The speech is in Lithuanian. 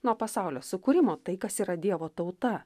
nuo pasaulio sukūrimo tai kas yra dievo tauta